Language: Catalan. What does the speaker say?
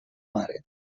mare